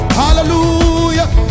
hallelujah